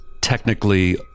technically